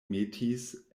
metis